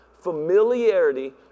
Familiarity